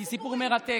כי זה סיפור מרתק.